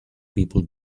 people